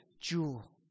jewel